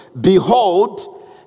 Behold